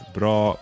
bra